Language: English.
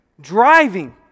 driving